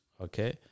okay